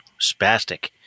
spastic